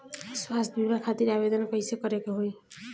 स्वास्थ्य बीमा खातिर आवेदन कइसे करे के होई?